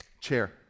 Chair